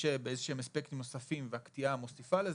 מתקשה באיזשהם אספקטים נוספים והקטיעה מוסיפה לזה,